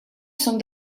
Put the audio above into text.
són